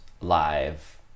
live